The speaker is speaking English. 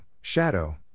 Shadow